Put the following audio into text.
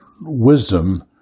wisdom